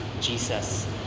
jesus